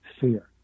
fear